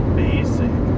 basic